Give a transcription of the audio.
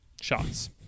Shots